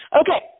Okay